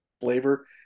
flavor